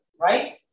right